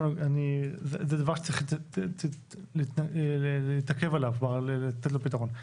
זה דבר שצריך להתעכב עליו, לתת לו פתרון.